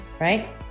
right